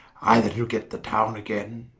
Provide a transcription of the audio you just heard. either to get the towne againe,